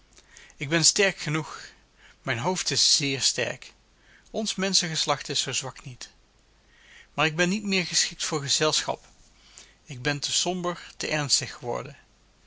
ik ben sterk genoeg mijn hoofd is zéér sterk ons menschengeslacht is zoo zwak niet maar ik ben niet meer geschikt voor gezelschap ik ben te somber te ernstig geworden